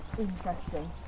interesting